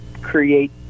create